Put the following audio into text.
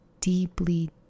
deeply